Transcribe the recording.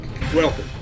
Welcome